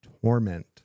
torment